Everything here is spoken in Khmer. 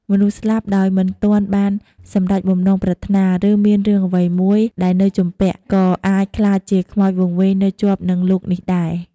មនុស្សស្លាប់ដោយមិនទាន់បានសម្រេចបំណងប្រាថ្នា ឬមានរឿងអ្វីមួយដែលនៅជំពាក់ ក៏អាចក្លាយជាខ្មោចវង្វេងនៅជាប់នឹងលោកនេះដែរ។